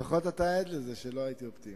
לפחות אתה עד לזה שלא הייתי אופטימי.